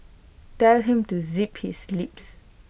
tell him to zip his lips